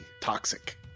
toxic